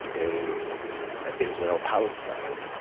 in israel, palestine,